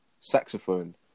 saxophone